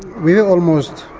we were almost